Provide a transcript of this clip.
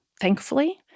thankfully